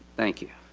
thank you.